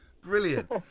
Brilliant